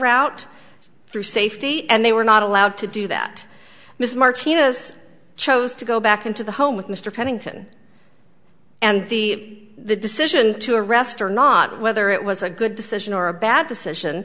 route through safety and they were not allowed to do that mr martinez chose to go back into the home with mr pennington and the decision to rest are not whether it was a good decision or a bad decision